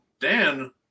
Dan